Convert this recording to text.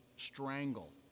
strangle